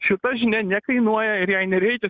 šita žinia nekainuoja ir jai nereikia